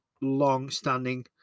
long-standing